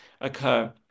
occur